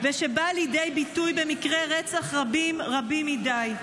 ושבאה לידי ביטוי במקרי רצח רבים, רבים מדי.